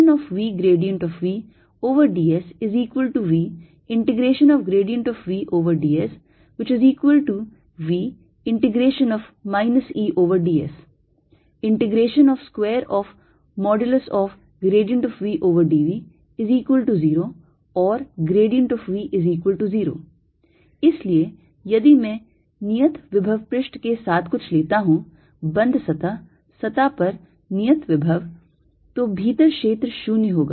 VVdSVVdSV EdS V2dV0 or V0 इसलिए यदि मैं नियत विभव पृष्ठ के साथ कुछ लेता हूं बंद सतह सतह पर नियत विभव तो भीतर क्षेत्र 0 होगा